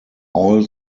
all